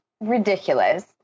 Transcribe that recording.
ridiculous